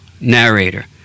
narrator